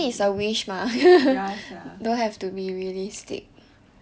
ya sia